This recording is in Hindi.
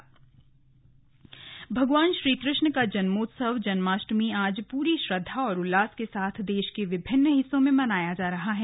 स्लग श्रीकृष्ण जन्मोत्सव भगवान श्रीकृष्ण का जन्मोत्सव जन्माष्टमी आज पूरी श्रद्धा और उल्लास के साथ देश के विभिन्न भागों में मनाया जा रहा है